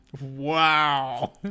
Wow